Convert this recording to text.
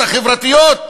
החברתיות?